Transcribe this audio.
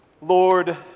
Lord